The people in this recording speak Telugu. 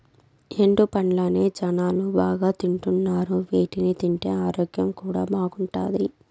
ఎండు పండ్లనే జనాలు బాగా తింటున్నారు వీటిని తింటే ఆరోగ్యం కూడా బాగుంటాది